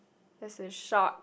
there's a shark